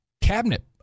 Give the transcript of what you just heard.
cabinet